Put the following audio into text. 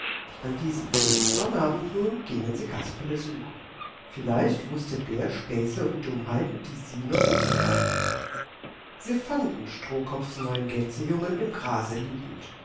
an diesem pfingstsonnabend nun gingen sie kasperle suchen vielleicht wußte der späße und dummheiten die sie noch nicht kannten sie fanden strohkopfs neuen gänsejungen im grase liegen